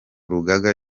rugaga